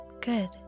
Good